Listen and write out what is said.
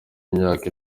imyaka